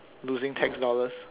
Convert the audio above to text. losing tax dollars